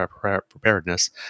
preparedness